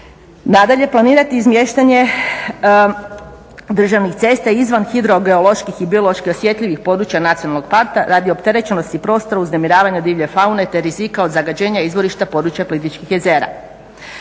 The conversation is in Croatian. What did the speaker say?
Nadalje, planirati izmještanje državnih cesta izvan hidrogeoloških i biološki osjetljivih područja nacionalnog parka radi opterećenosti prostora uznemiravanja divlje faune te rizika od zagađenja izvorišta Plitvička jezera.